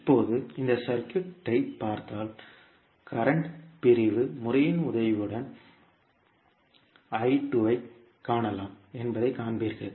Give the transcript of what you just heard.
இப்போது இந்த சர்க்யூட் பார்த்தால் மின்சார பிரிவு முறையின் உதவியுடன் I2 ஐக் காணலாம் என்பதைக் காண்பீர்கள்